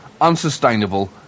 unsustainable